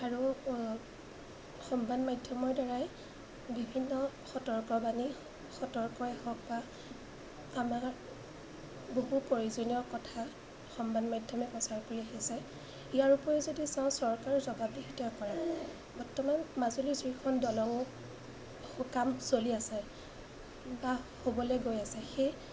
আৰু সংবাদ মাধ্যমৰদ্বাৰাই বিভিন্ন সতৰ্কৱাণী সতৰ্কই হওক বা আমাৰ বহু প্ৰয়োজনীয় কথা সংবাদ মাধ্যমে প্ৰচাৰ কৰি আহিছে ইয়াৰ উপৰিও যদি চাওঁ চৰকাৰক জবাবদিহিত কৰা বৰ্তমান মাজুলীৰ যিখন দলং কাম চলি আছে বা হ'বলৈ গৈ আছে সেই